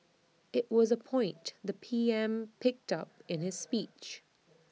IT was A point the P M picked up in his speech